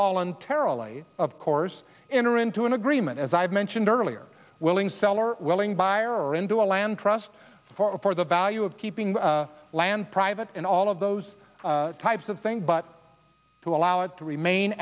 voluntarily of course enter into an agreement as i've mentioned earlier willing seller willing buyer or into a land trust for the value of keeping the land private and all of those types of thing but to allow it to remain